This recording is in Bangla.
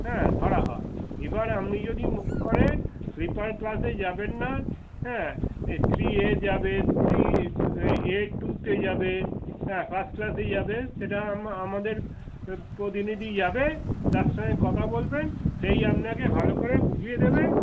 হ্যাঁ ধরা হয় এবার আপনি যদি মনে করেন স্লিপার ক্লাসে যাবেন না হ্যাঁ থ্রি এ যাবেন থ্রি এ টুতে যাবেন হ্যাঁ ফার্স্ট ক্লাসে যাবেন সেটা আমা আমাদের প্রতিনিধি যাবে তার সঙ্গে কথা বলবেন সেই আপনাকে ভালো করে বুঝিয়ে দেবে